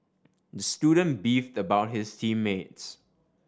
the student beefed about his team mates